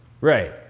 Right